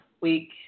week